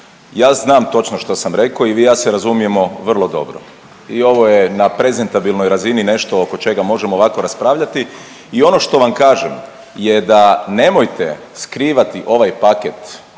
Ja znam točno što sam rekao i vi i ja se razumijemo vrlo dobro i ovo je na prezentabilnoj razini nešto oko čega možemo ovako raspravljati. I ono što vam kažem je da nemojte skrivati ovaj paket